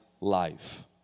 life